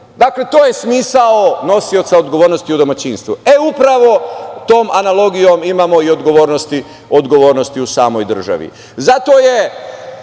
sebi. Dakle, to je smisao nosioca odgovornosti u domaćinstvu. E, upravo tom analogijom imamo i odgovornosti u samoj državi. Zato je